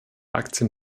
aktien